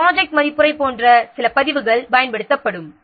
project மதிப்புரை போன்ற சில பதிவுகள் பயன்படுத்தப்படும்